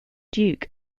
duke